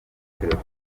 telefone